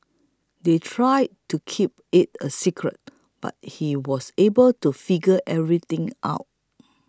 they tried to keep it a secret but he was able to figure everything out